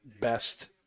best